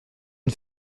une